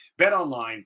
BetOnline